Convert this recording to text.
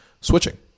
switching